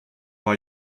war